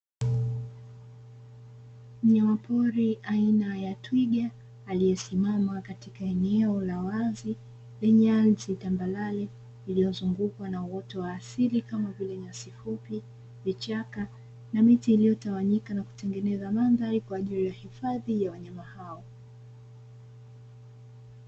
Mnyama pori aina ya twiga aliyesimama katika eneo la wazi lenye ardhi tambarare iliyozungukwa na uoto wa asili kama vile, nyasi fupi na vichaka na miti iliyotawanyika kutengeneza mandhari kwa ajili ya hifadhi ya wanyama hao.